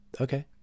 okay